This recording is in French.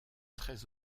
très